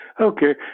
Okay